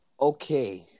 Okay